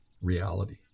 reality